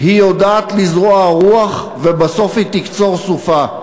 יודעת לזרוע רוח ובסוף היא תקצור סופה.